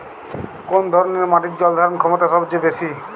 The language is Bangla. কোন ধরণের মাটির জল ধারণ ক্ষমতা সবচেয়ে বেশি?